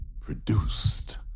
produced